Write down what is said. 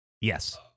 Yes